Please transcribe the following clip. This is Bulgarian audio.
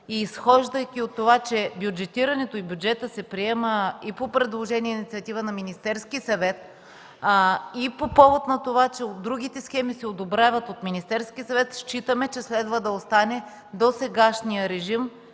Изхождайки от това, че бюджетирането и бюджетът се приемат по предложение и инициатива на Министерския съвет, и по повод на това, че другите схеми се одобряват от Министерския съвет, считаме, че следва да остане досегашният режим